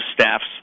staffs